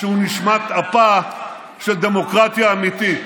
שהוא נשמת אפה של דמוקרטיה אמיתית.